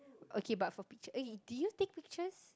okay but for picture eh do you take pictures